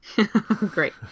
Great